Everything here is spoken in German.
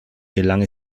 gelang